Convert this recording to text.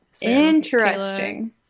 Interesting